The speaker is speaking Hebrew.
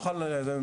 אנחנו נוכל לאמוד.